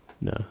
No